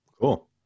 Cool